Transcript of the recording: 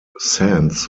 sands